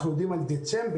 אנחנו יודעים על דצמבר.